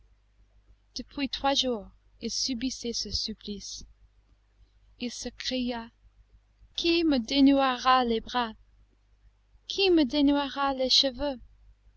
trois jours il subissait ce supplice il s'écriait qui me dénouera les bras qui me dénouera les cheveux